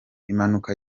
impanuka